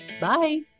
Bye